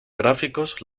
gráficos